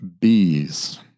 bees